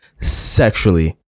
sexually